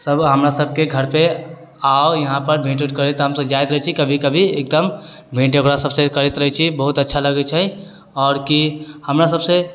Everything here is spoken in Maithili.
सब हमरा सबके घरपर आउ यहाँपर भेँट उट करै तऽ हमसब जाइत रहै छी कभी कभी भेँट ओकरा सबसँ करैत रहै छियै बहुत अच्छा लगै छै आओर की हमरा सबसँ